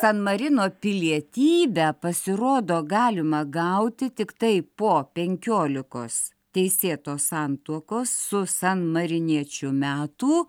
san marino pilietybę pasirodo galima gauti tiktai po penkiolikos teisėtos santuokos su san mariniečių metų